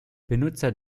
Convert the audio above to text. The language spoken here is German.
benutzer